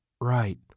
right